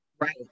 Right